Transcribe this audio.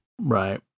Right